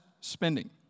spending